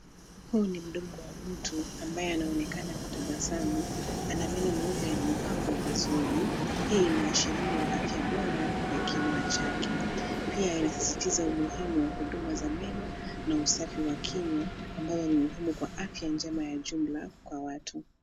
Huu ni mdomo wa mtu ambaye anaonekana kutabasamu ,ana meno meupe yaliyopangwa vizuri, hii inaashiria afya bora ya kinywa chake. Pia inasisitiza umuhimu wa huduma za meno, na usafi wa kinywa ambao ni muhimu kwa afya njema ya jumla kwa watu.